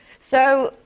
so,